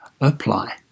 apply